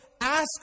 Ask